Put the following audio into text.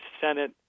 Senate